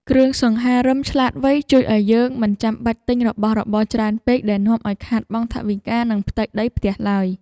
គ្រឿងសង្ហារិមឆ្លាតវៃជួយឱ្យយើងមិនចាំបាច់ទិញរបស់របរច្រើនពេកដែលនាំឱ្យខាតបង់ថវិកានិងផ្ទៃដីផ្ទះឡើយ។